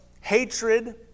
hatred